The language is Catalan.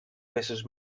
peces